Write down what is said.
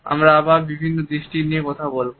আমরা আবার বিভিন্ন দৃষ্টি নিয়ে কথা বলবো